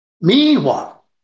Meanwhile